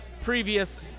previous